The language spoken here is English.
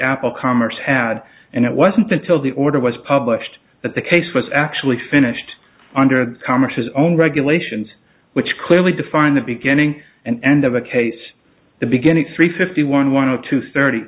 apple commerce had and it wasn't until the order was published that the case was actually finished under the commerce his own regulations which clearly defined the beginning and end of a case the beginning three fifty one one zero two thirty